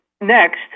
next